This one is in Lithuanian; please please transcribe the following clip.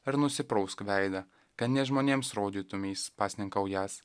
ar nusiprausk veidą kad ne žmonėms rodytumeis pasninkaująs